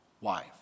wife